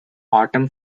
autumn